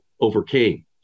overcame